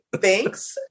thanks